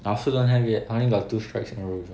I also don't have it I only got two strikes in a row before